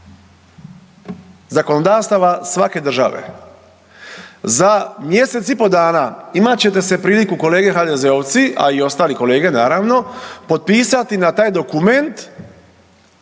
zakonodavstava svake države. Za mjesec i po dana imat ćete se priliku kolege HDZ-ovci, a i ostali kolege naravno potpisati na taj dokument